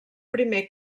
primer